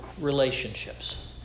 relationships